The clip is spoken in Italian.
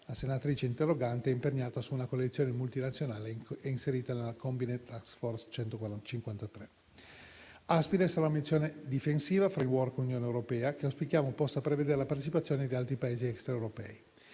la senatrice interrogante - è imperniata su una coalizione multinazionale inserita nella Combined task force 153. Aspides è una missione difensiva dell'Unione europea, che auspichiamo possa prevedere la partecipazione di altri Paesi extraeuropei.